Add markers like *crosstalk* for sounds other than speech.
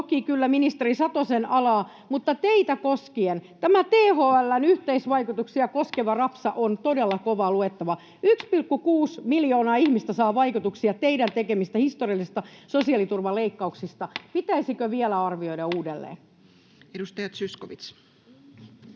kyllä ministeri Satosen alaa, mutta teitä koskien. Tämä THL:n yhteisvaikutuksia koskeva rapsa on todella kovaa luettavaa: *noise* 1,6 miljoonaa ihmistä saa vaikutuksia teidän tekemistänne historiallisista sosiaaliturvaleikkauksista. *noise* Pitäisikö vielä arvioida uudelleen? [Speech 100]